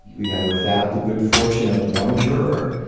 you know, without the good fortune of one juror,